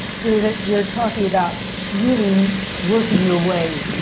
so that you're talking about really working your way,